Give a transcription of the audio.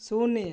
शून्य